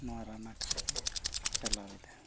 ᱱᱚᱣᱟ ᱨᱟᱱᱟᱠᱟᱵᱮ ᱪᱟᱞᱟᱣ ᱮᱫᱟ